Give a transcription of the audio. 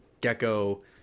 gecko